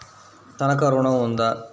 తనఖా ఋణం ఉందా?